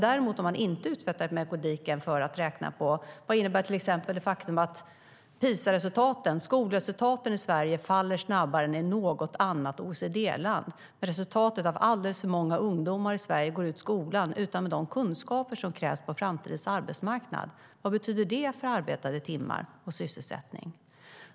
Däremot har man inte utvecklat metodiken för att räkna på effekterna av till exempel det faktum att PISA-resultaten, skolresultaten, i Sverige faller snabbare än i något annat OECD-land med resultatet att alldeles för många ungdomar i Sverige går ut skolan utan de kunskaper som krävs på framtidens arbetsmarknad. Vad betyder det för arbetade timmar och sysselsättning?